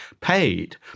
paid